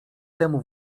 temu